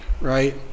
right